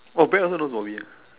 oh brad also know ah